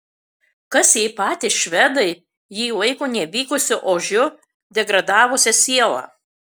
kas jei patys švedai jį laiko nevykusiu ožiu degradavusia siela